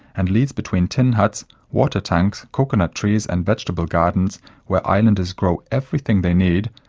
and leads between tin huts, water tanks, coconut trees and vegetable gardens where islanders grow everything they need,